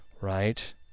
right